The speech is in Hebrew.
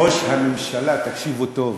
ראש הממשלה, תקשיבו טוב,